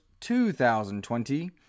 2020